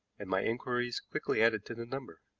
and my inquiries quickly added to the number.